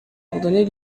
abandonner